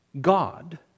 God